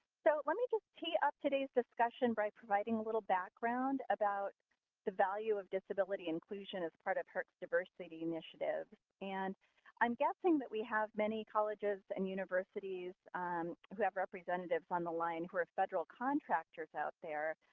so, let me just tee up today's discussion by providing a little background about the value of disability inclusion as part of herc's diversity initiatives. and i'm guessing that we have many colleges and universities who have representatives on the line who are federal contractors out there.